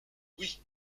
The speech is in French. oui